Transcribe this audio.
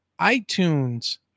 iTunes